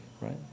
right